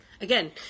Again